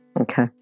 Okay